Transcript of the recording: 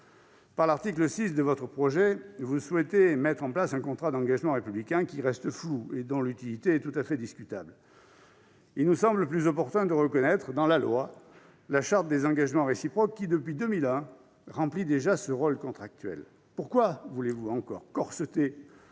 Par l'article 6 de votre projet de loi, vous souhaitez mettre en place un contrat d'engagement républicain, qui reste flou et dont l'utilité est tout à fait discutable. Il nous semble plus opportun de reconnaître dans la loi la « charte des engagements réciproques », qui remplit déjà ce rôle contractuel depuis 2001. Pourquoi voulez-vous encore corseter